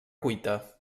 cuita